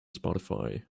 spotify